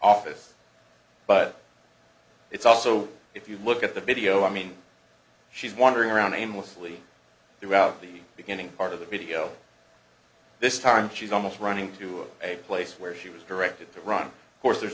office but it's also if you look at the video i mean she's wandering around aimlessly throughout the beginning part of the video this time she's almost running to a place where she was directed to run course there